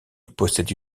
possède